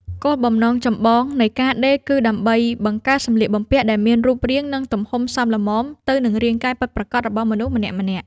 គោលបំណងចម្បងនៃការដេរគឺដើម្បីបង្កើតសម្លៀកបំពាក់ដែលមានរូបរាង និងទំហំសមល្មមទៅនឹងរាងកាយពិតប្រាកដរបស់មនុស្សម្នាក់ៗ។